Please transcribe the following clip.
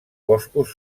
boscos